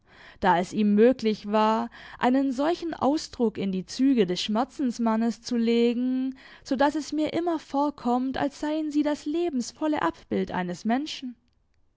da es ihm möglich war einen solchen ausdruck in die züge des schmerzensmannes zu legen so daß es mir immer vorkommt als seien sie das lebensvolle abbild eines menschen